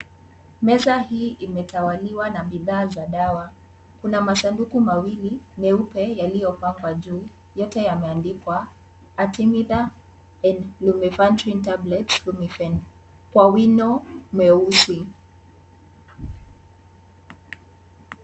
Meza hii imetawaliwa na bidhaa za dawa. Kuna masanduku mawili meupe yaliyopangwa juu. Yote yameandikwa Artemether and Lumifantrine Tablets Lumifen kwa wino mweusi.